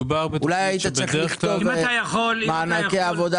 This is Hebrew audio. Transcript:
אולי היית צריך לכתוב מענקי עבודה